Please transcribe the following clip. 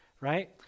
right